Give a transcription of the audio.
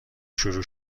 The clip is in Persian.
شروع